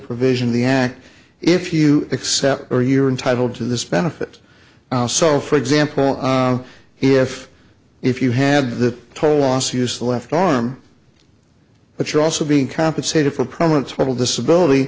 provision the act if you accept or you're entitle to this benefit so for example if if you have that total loss use the left arm but you're also being compensated for prominence will disability